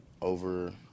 over